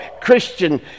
Christian